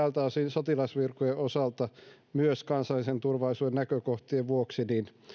sotilasvirkojen osalta myös kansallisen turvallisuuden näkökohtien vuoksi